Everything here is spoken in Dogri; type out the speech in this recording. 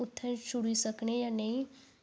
उत्थै छोड़ी सकनें जां नेईं